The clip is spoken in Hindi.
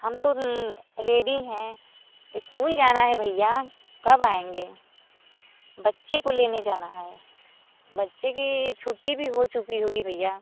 हम तो रेडी हैं स्कूल जाना है भैया कब आएंगे बच्चे को लेने जाना है बच्चे की छुट्टी भी हो चुकी होगी भैया